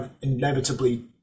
inevitably